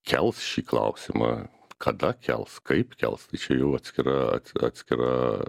kels šį klausimą kada kels kaip kelstai čia jau atskira atskira